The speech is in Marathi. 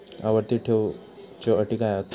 आवर्ती ठेव च्यो अटी काय हत?